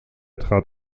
trat